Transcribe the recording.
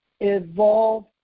evolve